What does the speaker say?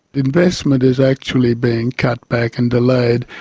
investment is actually being cut back and delayed,